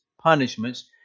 punishments